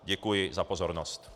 Děkuji za pozornost.